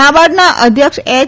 નાબાર્ડના અધ્યક્ષ એચ